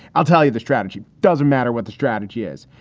i'll tell you, the strategy doesn't matter what the strategy is,